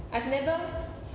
I've never